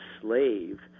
slave